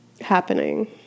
happening